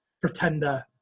pretender